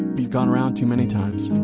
we've gone around too many times,